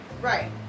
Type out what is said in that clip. Right